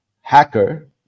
hacker